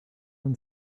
own